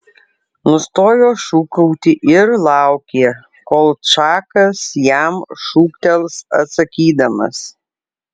nustojo šūkauti ir laukė kol čakas jam šūktels atsakydamas